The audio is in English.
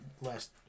last